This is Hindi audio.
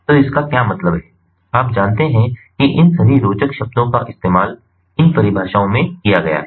तो इसका क्या मतलब है आप जानते हैं कि इन सभी रोचक शब्दों का इस्तेमाल इन परिभाषाओं में किया गया है